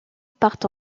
partent